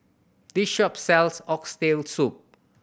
this shop sells Oxtail Soup